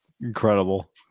Incredible